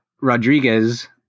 Rodriguez